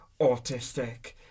autistic